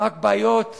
באמת רק בעיות אישיות,